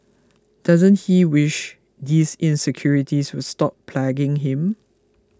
doesn't he wish these insecurities would stop plaguing him